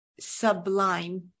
sublime